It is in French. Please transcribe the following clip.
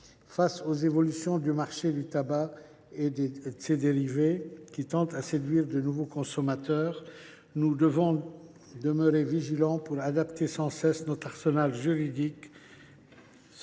Face aux évolutions du marché du tabac et de ses dérivés, qui tendent à séduire de nouveaux consommateurs, nous devons demeurer vigilants pour adapter sans cesse notre arsenal juridique.